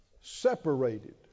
separated